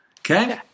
Okay